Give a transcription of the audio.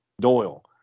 Doyle